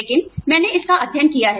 लेकिन मैंने इसका अध्ययन किया है